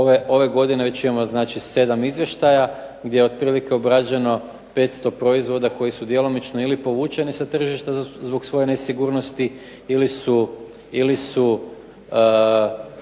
Ove godine već imamo znači sedam izvještaja gdje je otprilike obrađeno 500 proizvoda koji su djelomično ili povučeni sa tržišta zbog svoje nesigurnosti ili su